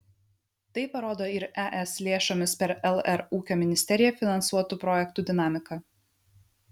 tai parodo ir es lėšomis per lr ūkio ministeriją finansuotų projektų dinamika